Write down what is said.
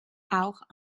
auch